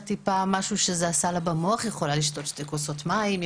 משהו במוח יכולה לשתות שתי כוסות מים,